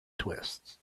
twists